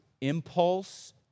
impulse